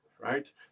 right